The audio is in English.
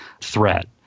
threat